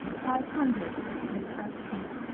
five hundred as good as hee.